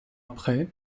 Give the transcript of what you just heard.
après